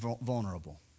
vulnerable